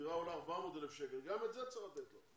שדירה עולה 400,000 שקל, גם את זה צריך לתת לו.